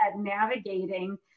navigating